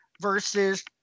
versus